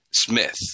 Smith